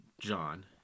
John